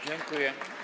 Dziękuję.